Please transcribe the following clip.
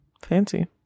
Fancy